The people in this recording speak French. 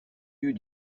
eut